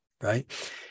right